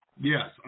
Yes